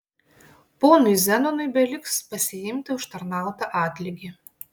ponui zenonui beliks pasiimti užtarnautą atlygį